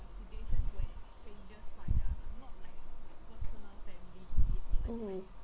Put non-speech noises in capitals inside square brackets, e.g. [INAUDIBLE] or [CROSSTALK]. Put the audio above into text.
[NOISE] mmhmm